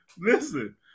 Listen